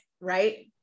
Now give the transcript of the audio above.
right